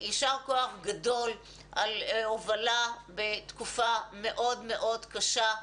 יישר כוח גדול על הובלה בתקופה מאוד מאוד קשה.